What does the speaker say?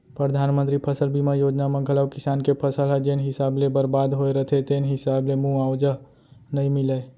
परधानमंतरी फसल बीमा योजना म घलौ किसान के फसल ह जेन हिसाब ले बरबाद होय रथे तेन हिसाब ले मुवावजा नइ मिलय